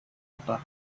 apa